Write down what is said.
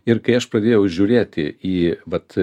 ir kai aš pradėjau žiūrėti į vat